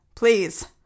Please